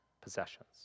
possessions